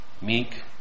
meek